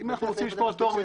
אם אנחנו רוצים לשמור על טוהר,